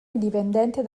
indipendente